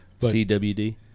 CWD